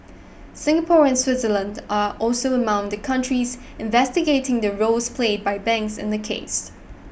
Singapore and Switzerland are also among the countries investigating the roles played by banks in the case